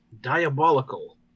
diabolical